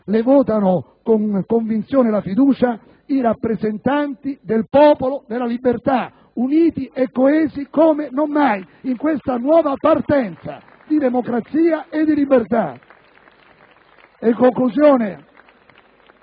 le votano con convinzione la fiducia i rappresentanti del Popolo della Libertà uniti e coesi come non mai in questa nuova fase di democrazia e di libertà. *(Applausi